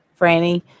Franny